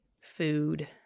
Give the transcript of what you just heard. food